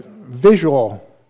visual